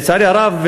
לצערי הרב,